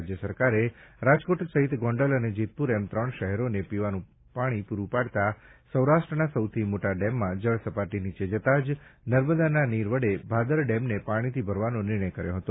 રાજ્ય સરકારે રાજકોટ સહિત ગોંડલ અને જેતપુર એમ ત્રણ શહેરોને પીવાનું પાણી પૂર્ર પાડતાં સૌરાષ્ટ્રના સૌથી મોટા ડેમમાં જળ સપાટી નીચે જતાં જ નર્મદાના નીર વડે ભાદર ડેમને પાણીથી ભરવાનો નિર્ણય કર્યો હતો